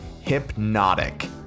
Hypnotic